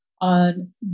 on